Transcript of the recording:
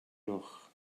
noch